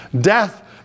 death